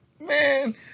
man